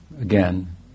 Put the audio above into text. again